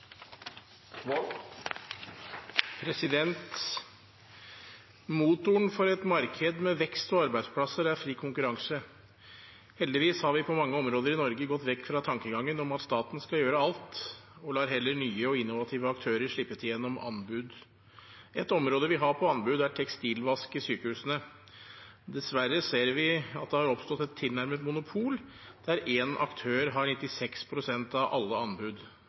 fri konkurranse. Heldigvis har vi på mange områder i Norge gått vekk fra tankegangen om at staten skal gjøre alt – vi lar heller nye og innovative aktører slippe til gjennom anbud. Et område vi har på anbud, er tekstilvask i sykehusene. Dessverre ser vi at det har oppstått et tilnærmet monopol, der én aktør har 96 pst. av alle anbud.